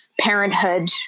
parenthood